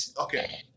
okay